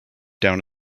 down